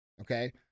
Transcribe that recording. Okay